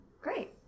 Great